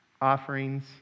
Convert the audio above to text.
offerings